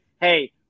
hey